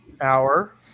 hour